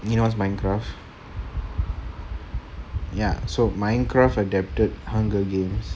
you know what's minecraft ya so minecraft adapted hunger games